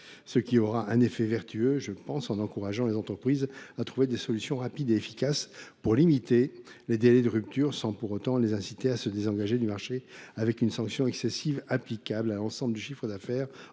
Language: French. aura un effet vertueux en encourageant les entreprises à trouver des solutions rapides et efficaces pour limiter les délais de rupture, sans pour autant les inciter à se désengager du marché par une sanction excessive applicable à l’ensemble de leur chiffre d’affaires